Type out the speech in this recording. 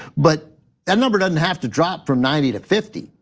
but that number doesn't have to drop from ninety to fifty.